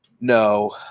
no